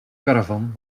caravan